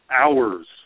hours